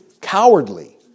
cowardly